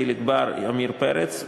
חיליק בר ועמיר פרץ,